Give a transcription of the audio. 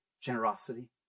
Generosity